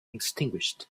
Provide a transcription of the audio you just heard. extinguished